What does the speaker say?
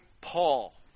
Paul